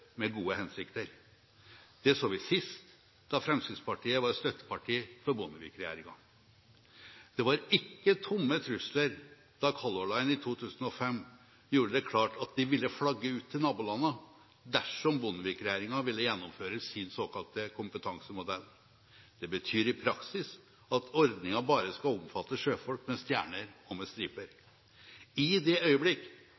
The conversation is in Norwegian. med gode hensikter. Det så vi sist, da Fremskrittspartiet var støtteparti for Bondevik-regjeringen. Det var ikke tomme trusler da Color Line i 2005 gjorde det klart at de ville flagge ut til nabolandene dersom Bondevik-regjeringen ville gjennomføre sin såkalte kompetansemodell. Det betyr i praksis at ordningen bare skal omfatte sjøfolk med stjerner og med